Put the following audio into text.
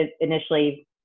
initially